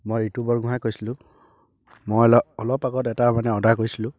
মই ঋতু বৰগোহাঁয়ে কৈছিলোঁ মই অলপ অলপ আগতে এটা মানে অৰ্ডাৰ কৰিছিলোঁ